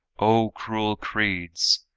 o cruel creeds!